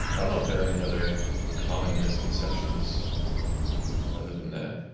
i don't know if there are any other common misconceptions other than that